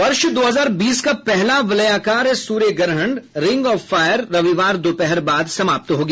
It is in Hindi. वर्ष दो हजार बीस का पहला वलयाकार सूर्य ग्रहण रिंग ऑफ फायर रविवार दोपहर बाद समाप्त हो गया